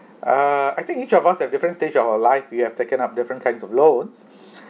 uh I think each of us have different stage of our life we have taken up different kinds of loans